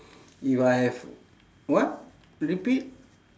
if I have what repeat